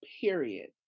period